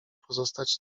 pozostać